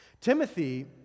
Timothy